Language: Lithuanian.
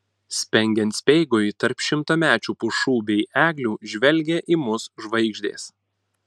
spengiant speigui tarp šimtamečių pušų bei eglių žvelgė į mus žvaigždės